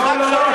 לא, לא.